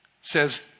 says